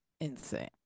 insane